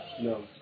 No